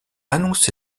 annoncé